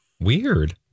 weird